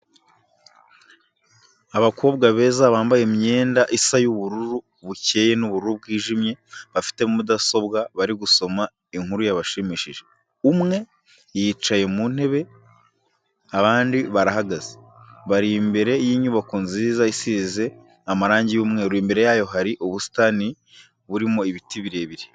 Abakobwa beza bambaye imyenda isa y'ubururu bukeye n'ubururu bwijimye, bafite mudasobwa bari gusoma inkuru yabashimishije, umwe yicaye mu ntebe abandi barahagaze, bari imbere y'inybako nziza isize amarangi y'umweru, imbere yayo hari ubusitani burimo ibiti birebire.